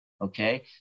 okay